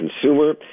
consumer